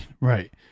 Right